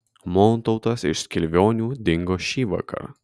montautas iš skilvionių dingo šįvakar